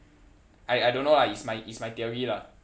I I don't know lah it's my it's my theory lah